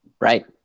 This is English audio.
Right